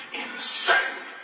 insane